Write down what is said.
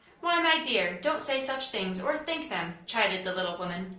why, my dear, don't say such things or think them, chided the little woman.